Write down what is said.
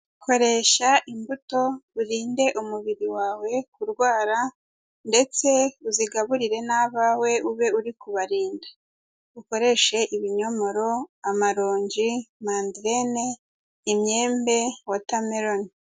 Koresha imbuto urinde umubiri wawe kurwara ndetse uzigaburire n'abawe ube uri kubarinda. Ukoreshe ibinyomoro, amaronji, manderene, imyembe, watermelon.